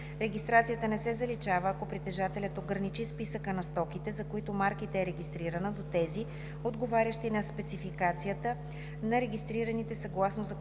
регистрацията не се заличава, ако притежателят ограничи списъка на стоките, за които марката е регистрирана, до тези, отговарящи на спецификацията на регистрираните съгласно законодателството